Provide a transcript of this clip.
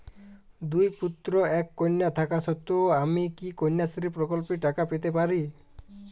দুই পুত্র এক কন্যা থাকা সত্ত্বেও কি আমি কন্যাশ্রী প্রকল্পে টাকা পেতে পারি?